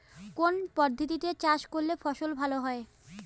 কোন পদ্ধতিতে চাষ করলে ফসল ভালো হয়?